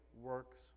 works